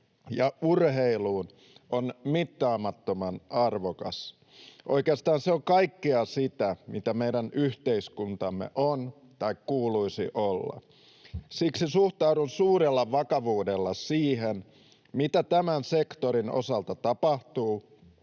ja urheiluun on mittaamattoman arvokas. Oikeastaan se on kaikkea sitä, mitä meidän yhteiskuntamme on tai kuuluisi olla. Siksi suhtaudun suurella vakavuudella siihen, mitä tämän sektorin osalta tapahtuu